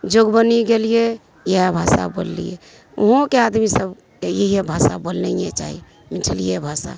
जोगबनी गेलिऐ इएह भाषा बोललिऐ यहाँके आदमी सब इहए भाषा बोलनिए चाही मैथिली भाषा